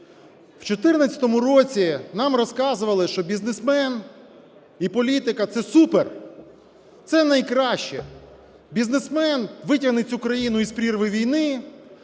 В 14-му році нам розказували, що бізнесмен і політика – це супер, це найкраще. Бізнесмен витягне цю країну із прірви війни.